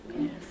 Yes